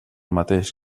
mateix